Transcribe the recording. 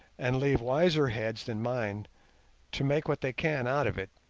and leave wiser heads than mine to make what they can out of it,